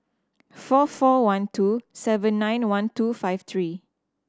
four four one two seven nine one two five three